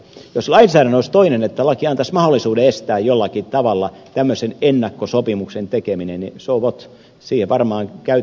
jos lainsäädäntö olisi toinen että laki antaisi mahdollisuuden estää jollakin tavalla tämmöisen ennakkosopimuksen tekeminen niin so what